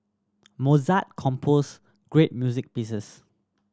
Mozart composed great music pieces